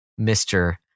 Mr